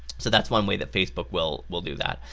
so that's one way that facebook will will do that.